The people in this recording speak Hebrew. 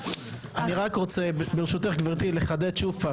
אני רק רוצה ברשותך גברתי לחדד שוב.